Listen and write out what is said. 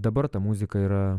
dabar ta muzika yra